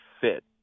fit